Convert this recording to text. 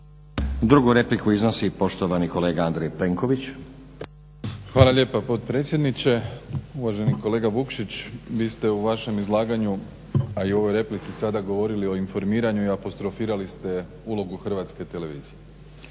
Drugu repliku iznosi poštovani kolega Andrej Plenković. **Plenković, Andrej (HDZ)** Hvala lijepa potpredsjedniče. Uvaženi kolega Vukšić, vi ste u vašem izlaganju a i u ovoj replici sada govorili o informiranju i apostrofirali ste ulogu Hrvatske televizije.